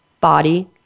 body